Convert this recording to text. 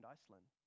Iceland